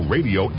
Radio